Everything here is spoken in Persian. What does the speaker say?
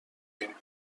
ایم